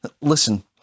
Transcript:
Listen